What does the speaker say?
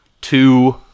two